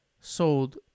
sold